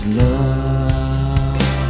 love